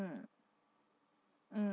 mm